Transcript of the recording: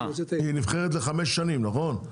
היא נבחרת לחמש שנים, נכון?